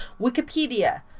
Wikipedia